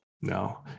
No